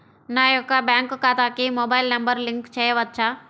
నా యొక్క బ్యాంక్ ఖాతాకి మొబైల్ నంబర్ లింక్ చేయవచ్చా?